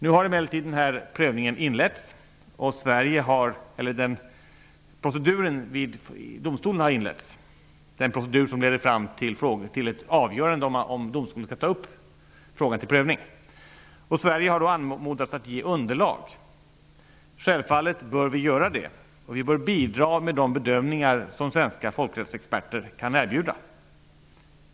Nu har emellertid den procedur inletts som leder fram till ett avgörande av frågan om domstolen skall ta upp saken till prövning. Sverige har då anmodats att ge underlag. Självfallet bör vi göra det. Vi bör bidra med de bedömningar som svenska folkrättsexperter kan erbjuda.